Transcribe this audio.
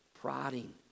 prodding